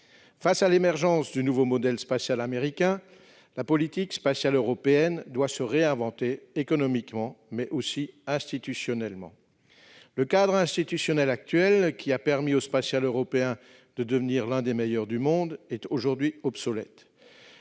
Face à l'émergence du nouveau modèle spatial américain, la politique spatiale européenne doit se réinventer, économiquement mais aussi institutionnellement. De fait, le cadre institutionnel actuel, qui a permis au spatial européen de devenir l'un des meilleurs du monde, est aujourd'hui obsolète.